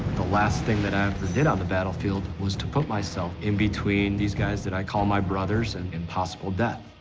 the last thing that i ever did on the battlefield was to put myself in between these guys that i call my brothers and impossible death.